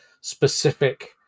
specific